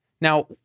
Now